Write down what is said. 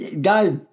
guys